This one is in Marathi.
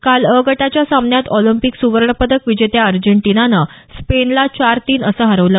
काल अगटाच्या सामन्यात ऑलिम्पिक सुवर्णपदक विजेत्या अर्जेंटिनानं स्पेनला चार तीन असं हरवलं